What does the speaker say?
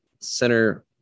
center